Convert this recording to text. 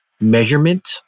measurement